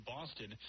Boston